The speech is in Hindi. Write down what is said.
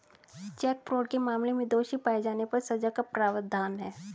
चेक फ्रॉड के मामले में दोषी पाए जाने पर सजा का प्रावधान है